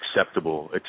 acceptable